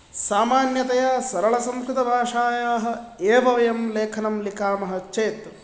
सामान्यतया सरलसंस्कृतभाषायाः एव वयं लेखनं लिखामः चेत्